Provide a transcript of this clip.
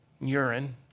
urine